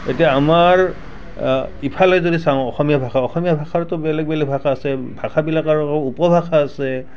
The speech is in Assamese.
এতিয়া আমাৰ ইফালে যদি চাওঁ অসমীয়া ভাষা অসমীয়া ভাষাৰটো বেলেগ বেলেগ ভাষা আছে ভাষাবিলাকৰো উপভাষা আছে